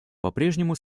попрежнему